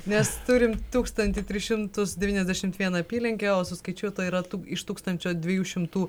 mes turim tūkstantį trys šimtus devyniasdešimt vieną apylinkę o suskaičiuota yra tų iš tūkstančio dviejų šimtų